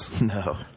No